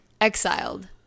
exiled